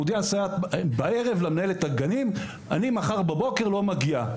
היא מודיעה בערב למנהלת הגנים שמחר בבוקר היא לא מגיעה,